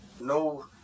no